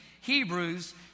Hebrews